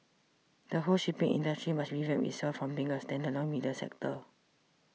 the whole shipping industry must revamp itself from being a standalone middle sector